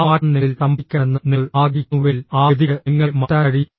ആ മാറ്റം നിങ്ങളിൽ സംഭവിക്കണമെന്ന് നിങ്ങൾ ആഗ്രഹിക്കുന്നുവെങ്കിൽ ആ ഗതിക്ക് നിങ്ങളെ മാറ്റാൻ കഴിയും